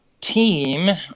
team